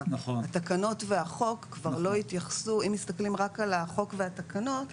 אם מסתכלים רק על החוק והתקנות,